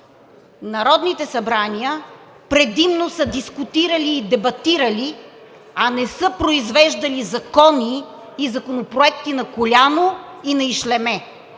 народните събрания предимно са дискутирали и дебатирали, а не са произвеждали закони и законопроекти на коляно или на ишлеме,